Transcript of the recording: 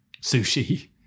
Sushi